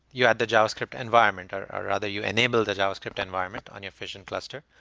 you add the javascript environment, or rather you enable the javascript environment on your fission cluster.